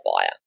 buyer